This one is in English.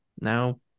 now